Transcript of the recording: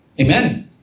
Amen